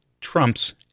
trumps